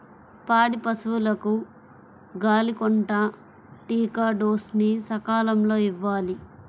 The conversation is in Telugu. పాడి పశువులకు గాలికొంటా టీకా డోస్ ని సకాలంలో ఇవ్వాలి